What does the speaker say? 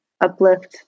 uplift